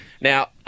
Now